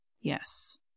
yes